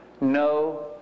No